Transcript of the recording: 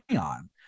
on